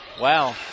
wow